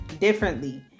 differently